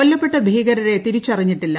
കൊല്ലപ്പെട്ട ഭീകരരെ തിരിച്ചറിഞ്ഞിട്ടില്ല